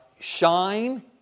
Shine